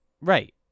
Right